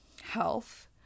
health